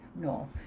No